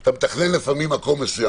אתה מתכנן שכונה,